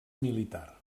militar